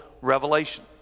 revelation